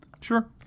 Sure